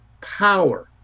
power